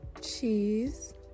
Cheese